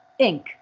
Inc